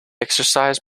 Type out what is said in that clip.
exercise